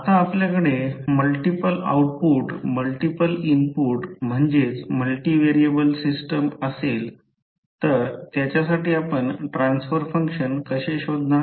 आता आपल्याकडे multiple output input म्हणजेच मल्टि व्हेरिएबल सिस्टम असेल तर त्याच्यासाठी आपण ट्रान्सफर फंक्शन कसे शोधणार